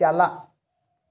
ᱪᱟᱞᱟᱜ